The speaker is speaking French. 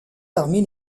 parmi